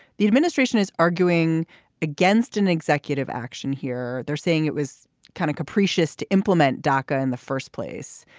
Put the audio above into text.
the administration is arguing against an executive action here. they're saying it was kind of capricious to implement daca in the first place.